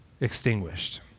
extinguished